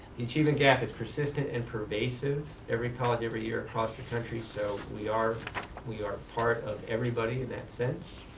the achievement gap is persistent and pervasive, every college every year across the country. so we are we are part of everybody in that sense.